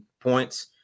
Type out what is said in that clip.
points